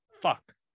fuck